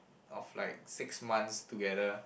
of like six months together